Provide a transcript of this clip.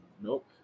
nope